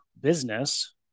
business